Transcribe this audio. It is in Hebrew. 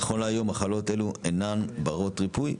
נכון להיום מחלות אלה אינן ברות ריפוי,